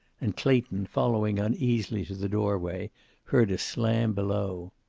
and clayton, following uneasily to the doorway, heard a slam below.